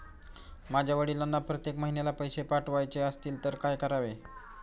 माझ्या वडिलांना प्रत्येक महिन्याला पैसे पाठवायचे असतील तर काय करावे?